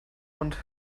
und